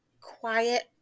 quiet